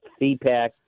CPAC